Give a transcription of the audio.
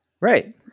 Right